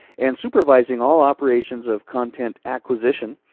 and supervising all operations of content acquisition.